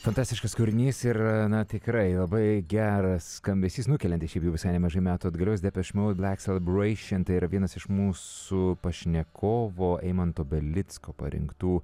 fantastiškas kūrinys ir na tikrai labai geras skambesys nukeliantis šiaip jau visai nemažai metų atgalios depeš mod blek selebreišin tai yra vienas iš mūsų pašnekovo eimanto belicko parinktų